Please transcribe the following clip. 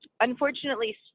unfortunately